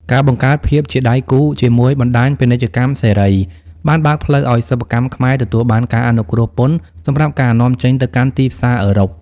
ការបង្កើតភាពជាដៃគូជាមួយបណ្ដាញពាណិជ្ជកម្មសេរី បានបើកផ្លូវឱ្យសិប្បកម្មខ្មែរទទួលបានការអនុគ្រោះពន្ធសម្រាប់ការនាំចេញទៅកាន់ទីផ្សារអឺរ៉ុប។